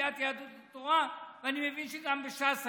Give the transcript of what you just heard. בסיעת יהדות התורה, ואני מבין שגם בש"ס היה,